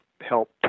help